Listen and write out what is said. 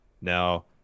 Now